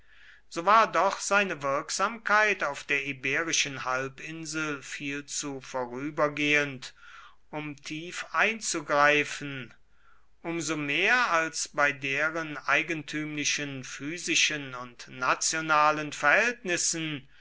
so war doch seine wirksamkeit auf der iberischen halbinsel viel zu vorübergehend um tief einzugreifen um so mehr als bei deren eigentümlichen physischen und nationalen verhältnissen